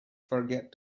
forget